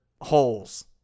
holes